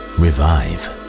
revive